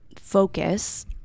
focus